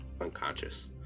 unconscious